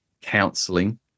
counseling